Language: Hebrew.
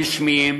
רשמיים,